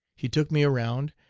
he took me around,